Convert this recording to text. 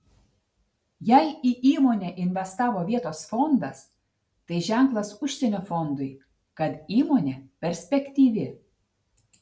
jei į įmonę investavo vietos fondas tai ženklas užsienio fondui kad įmonė perspektyvi